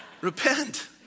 Repent